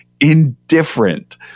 indifferent